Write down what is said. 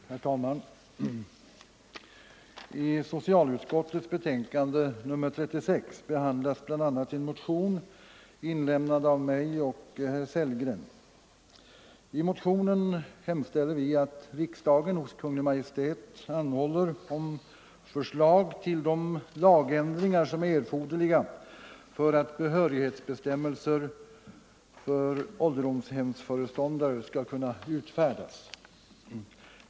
Herr talman! I socialutskottets betänkande nr 36 behandlas bl.a. en motion inlämnad av mig och herr Sellgren. I motionen hemställer vi att riksdagen hos Kungl. Maj:t anhåller om förslag till de lagändringar som är erforderliga för att behörighetsbestämmelser för ålderdomshemsföreståndare skall kunna utfärdas.